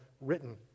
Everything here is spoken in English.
written